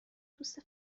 دوست